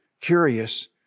curious